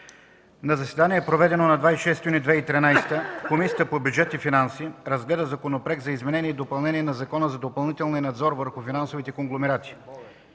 На заседание, проведено на 26 юни 2013 г., Комисията по бюджет и финанси разгледа Законопроект за изменение и допълнение на Закона за допълнителния надзор върху финансовите конгломерати.